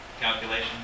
calculation